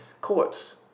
courts